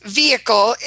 vehicle